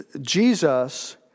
Jesus